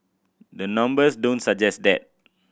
the numbers don't suggest that